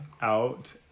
out